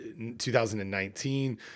2019